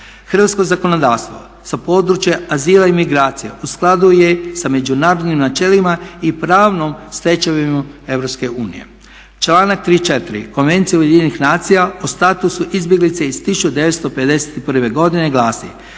Hrvatsko zakonodavstvo sa područja azila i migracija u skladu je sa međunarodnim načelima i pravnom stečevinom EU. Članak 34. Konvencije UN-a o statusu izbjeglica iz 1951. godine glasi: